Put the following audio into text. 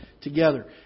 together